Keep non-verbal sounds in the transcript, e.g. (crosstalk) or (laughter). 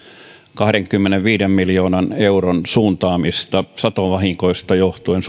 kahdenkymmenenviiden miljoonan euron suuntaamista suomalaisille viljelijöille satovahingoista johtuen (unintelligible)